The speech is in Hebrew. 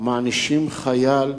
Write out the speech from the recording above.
מענישים חייל,